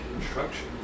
instruction